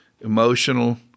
emotional